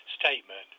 statement